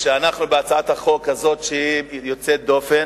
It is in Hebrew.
שאנחנו, בהצעת החוק הזאת, שהיא יוצאת דופן,